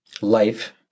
life